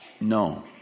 No